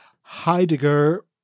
Heidegger